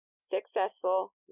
successful